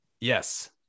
Yes